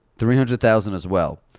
three hundred thousand as well,